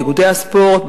באיגודי הספורט,